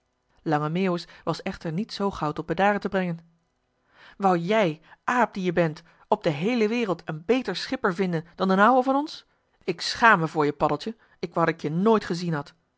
lange meeuwis was echter niet zoo gauw tot bedaren te brengen wou jij aap die je bent op de heele wereld een beter schipper vinden dan d'n ouwe van ons ik schaam me over je paddeltje k wou dat ik je nooit gezien had